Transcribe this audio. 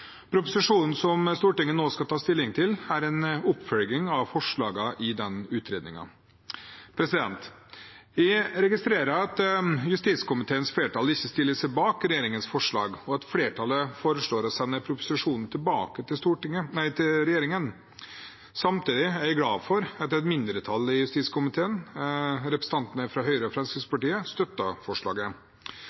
Proposisjonen som Stortinget nå skal ta stilling til, er en oppfølging av forslagene i den utredningen. Jeg registrerer at justiskomiteens flertall ikke stiller seg bak regjeringens forslag, og at flertallet foreslår å sende proposisjonen tilbake til regjeringen. Samtidig er jeg glad for at et mindretall i justiskomiteen, representantene fra Høyre og Fremskrittspartiet, støtter forslaget.